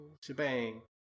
shebang